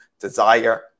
desire